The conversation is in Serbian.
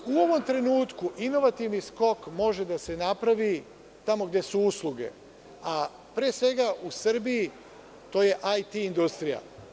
U ovom trenutku, inovativni skok može da se napravi tamo gde su usluge, a pre svega u Srbiji, to je IT industrija.